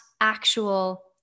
actual